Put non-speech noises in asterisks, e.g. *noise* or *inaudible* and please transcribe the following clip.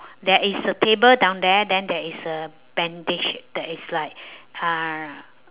there is a table down there then there is a bandage that is like *breath* err